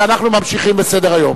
ואנחנו ממשיכים בסדר-היום.